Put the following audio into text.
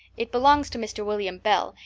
it belongs to mr. william bell,